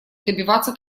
добиваться